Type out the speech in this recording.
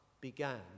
began